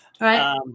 Right